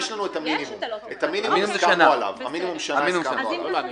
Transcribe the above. המינימום שנה - הסכמנו עליו.